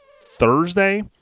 Thursday